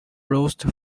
roast